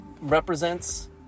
represents